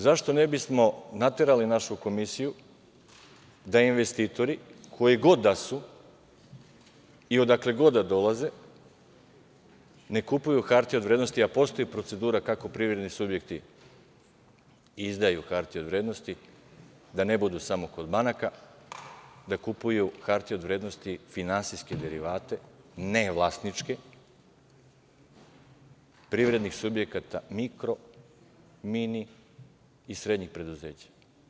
Zašto ne bismo naterali našu Komisiju da investitori, koji god da su i odakle god da dolaze, ne kupuju hartije od vrednosti, a postoji procedura kako privredni subjekti izdaju hartije od vrednosti, da ne budu samo kod banaka, da kupuju hartije od vrednosti, finansijske derivate, ne vlasničke, privrednih subjekata, mikro, mini i srednjih preduzeća?